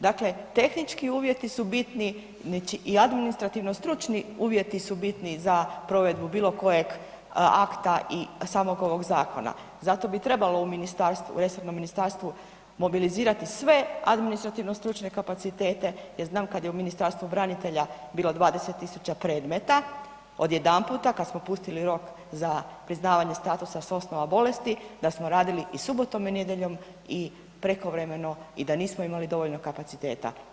Dakle tehnički uvjeti su bitni, znači i administrativno-stručni uvjeti su bitni za provedbu bilokojeg akta i samog ovog zakona, zato bi trebalo u resornom ministarstvu mobilizirate sve administrativno-stručne kapacitete jer znam kad je u Ministarstvu branitelja bilo 20 000 predmeta, odjedanput kad smo pustili rok za priznavanje statusa s osnova bolesti, da smo radili i subotom i nedjeljom prekovremeno i da nismo imali dovoljno kapaciteta.